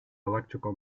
electrical